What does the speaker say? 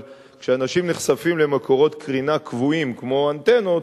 אבל כשאנשים נחשפים למקורות קרינה קבועים כמו אנטנות,